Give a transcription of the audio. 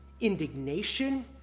indignation